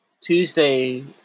Tuesday